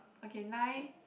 okay nine